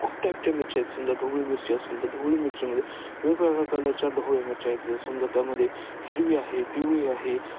खूप टाईपच्या मिरच्या आहेत समजा ढोबळी मिरची असेल तर ढोबळी मिरचीमध्ये वेगवेगळ्या कलरच्या ढोबळी मिरच्या आहेत तर समजा त्याममध्ये हिरवी आहे पिवळी आहे